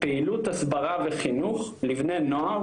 פעילות הסברה וחינוך לבני נוער,